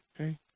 okay